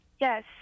Yes